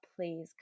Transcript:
Please